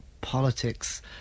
politics